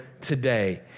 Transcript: today